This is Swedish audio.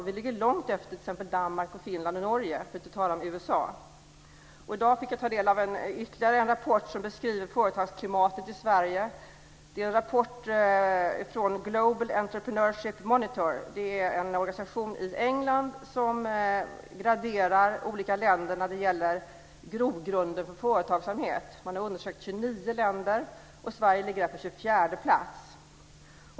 Vi ligger långt efter t.ex. Danmark, Finland och Norge, för att inte tala om USA. I dag fick jag ta del av ytterligare en rapport som beskriver företagsklimatet i Sverige. Det är en rapport från Global Entrepreneurship Monitor. Det är en organisation i England som graderar olika länder när det gäller grogrunden för företagsamhet. Man har undersökt 29 länder, och Sverige ligger på 24:e plats.